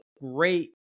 great